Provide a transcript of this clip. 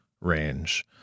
range